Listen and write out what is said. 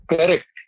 Correct